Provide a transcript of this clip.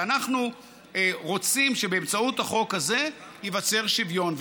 ואנחנו רוצים שבאמצעות החוק הזה ייווצר שוויון.